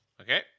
Okay